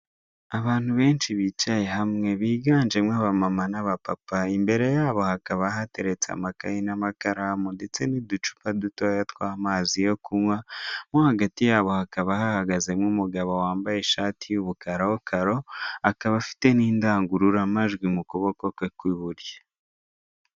Abantu benshi bicaye hamwe biganjemo abamama n'abapapa imbere yabo hakaba hateretse amakayi n'amakaramu ndetse n'uducupa dutoya tw'amazi yo kunywa no hagati yabo hakaba hahagaze nk'umugabo wambaye ishati y'ubugaraho karo akaba afite n'indangururamajwi mu kuboko kwe kw'iburyo.